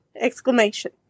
exclamation